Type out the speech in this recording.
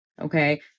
okay